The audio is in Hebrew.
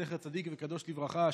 זכר צדיק וקדוש לברכה,